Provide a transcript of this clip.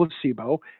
placebo